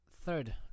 third